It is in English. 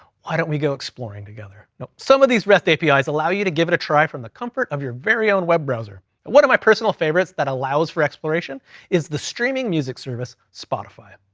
why don't we go exploring together? now, some of these rest apis allow you to give it a try from the comfort of your very own web browser, and one of my personal favorites that allows for exploration is the streaming music service spotify.